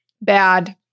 bad